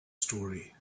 story